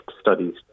studies